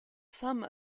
some